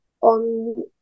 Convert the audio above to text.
on